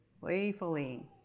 playfully